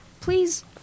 please